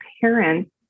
parents